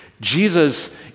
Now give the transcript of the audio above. Jesus